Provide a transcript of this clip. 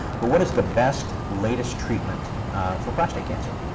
but what is the best latest treatment for prostate cancer?